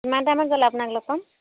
কিমান টাইমত গ'লে আপোনাক লগ পাম